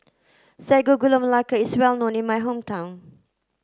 Sago Gula Melaka is well known in my hometown